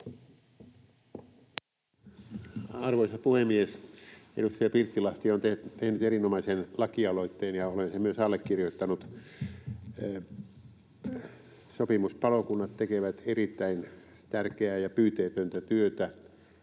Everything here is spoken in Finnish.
Arvoisa puhemies! Edustaja Pirttilahti on tehnyt erinomaisen lakialoitteen, ja olen sen myös allekirjoittanut. Sopimuspalokunnat tekevät erittäin tärkeää ja pyyteetöntä työtä.